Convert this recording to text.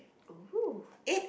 oh